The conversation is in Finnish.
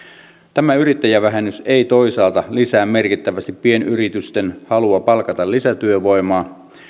tämä yrittäjävähennys ei toisaalta lisää merkittävästi pienyritysten halua palkata lisätyövoimaa